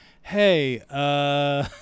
Hey